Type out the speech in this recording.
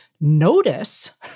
notice